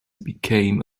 became